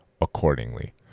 accordingly